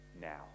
Now